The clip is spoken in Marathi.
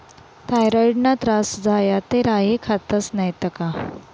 थॉयरॉईडना त्रास झाया ते राई खातस नैत का